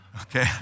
Okay